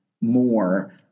more